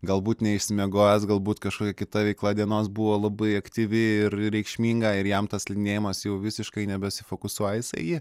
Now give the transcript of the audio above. galbūt neišsimiegojęs galbūt kažkokia kita veikla dienos buvo labai aktyvi ir reikšminga ir jam tas slidinėjimas jau visiškai nebesifokusuoja jisai į jį